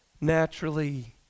naturally